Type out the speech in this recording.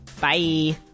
Bye